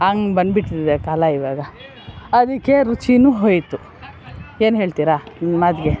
ಹಂಗೆ ಬಂದ್ಬಿಟ್ಟಿದೆ ಕಾಲ ಇವಾಗ ಅದಕ್ಕೆ ರುಚಿಯೂ ಹೋಯಿತು ಏನು ಹೇಳ್ತೀರಾ ಈ ಮಾತಿಗೆ